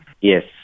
Yes